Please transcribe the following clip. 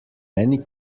many